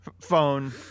phone